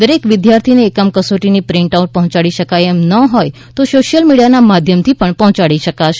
દરેક વિદ્યાર્થીને એકમ કસોટીની પ્રિન્ટ આઉટ પહોંચાડી શકાય એમ ન હોય તો સોશિયલ મીડિયાના માધ્યમથી પણ પહોંચાડી શકાશે